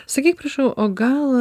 sakyk prašau o gal